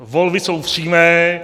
Volby jsou přímé.